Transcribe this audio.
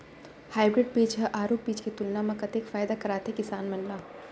Hybrid बीज हा आरूग बीज के तुलना मा कतेक फायदा कराथे किसान मन ला?